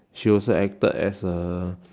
she also acted as a